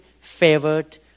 favored